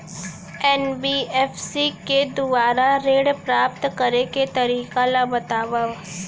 NBFC के दुवारा ऋण प्राप्त करे के तरीका ल बतावव?